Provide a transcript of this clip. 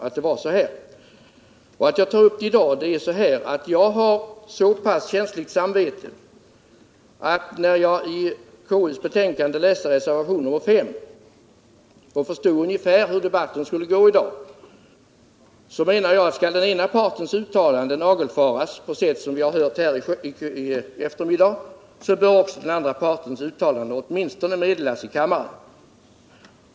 Orsaken till att jag tar upp frågan i dag är att jag har så pass känsligt samvete att när jag i konstitutionsutskottets betänkande läste reservationen 5 och förstod ungefär hur debatten skulle gå i dag så tänkte jag: Skall den ena partens uttalande nagelfaras på det sätt som vi har hört här i eftermiddag, bör också den andra partens uttalande åtminstone meddelas i kammaren.